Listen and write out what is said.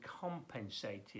compensated